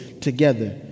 together